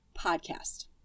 podcast